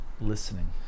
listening